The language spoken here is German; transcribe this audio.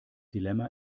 dilemma